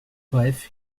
bref